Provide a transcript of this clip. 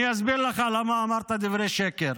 אני אסביר לך למה אמרת דברי שקר.